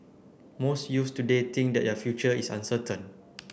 most youths today think that their future is uncertain